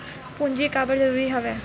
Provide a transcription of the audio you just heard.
पूंजी काबर जरूरी हवय?